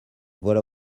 voilà